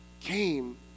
came